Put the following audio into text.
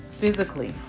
Physically